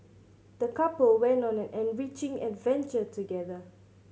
the couple went on an enriching adventure together